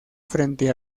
frente